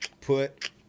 put